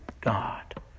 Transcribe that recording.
God